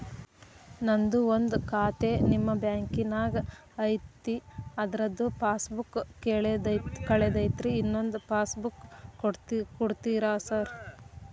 ನಂದು ಒಂದು ಖಾತೆ ನಿಮ್ಮ ಬ್ಯಾಂಕಿನಾಗ್ ಐತಿ ಅದ್ರದು ಪಾಸ್ ಬುಕ್ ಕಳೆದೈತ್ರಿ ಇನ್ನೊಂದ್ ಪಾಸ್ ಬುಕ್ ಕೂಡ್ತೇರಾ ಸರ್?